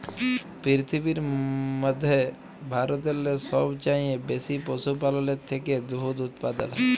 পিরথিবীর ম্যধে ভারতেল্লে সবচাঁয়ে বেশি পশুপাললের থ্যাকে দুহুদ উৎপাদল হ্যয়